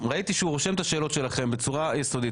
ראיתי שהוא רושם את השאלות שלכם בצורה יסודית.